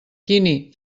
quini